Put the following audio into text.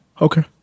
Okay